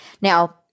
Now